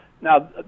Now